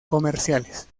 comerciales